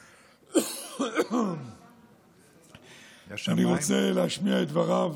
אני רוצה להשמיע את דבריו